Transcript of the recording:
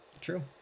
True